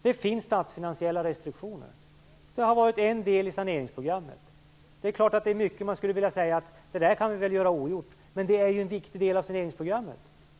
Det finns statsfinansiella restriktioner - det har varit en del i saneringsprogrammet. Om mycket skulle man vilja säga: Det där skulle man vilja ha ogjort. Men det är en viktig del av saneringsprogrammet.